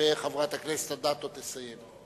וחברת הכנסת אדטו תסיים.